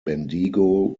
bendigo